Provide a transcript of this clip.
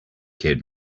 kid